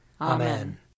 Amen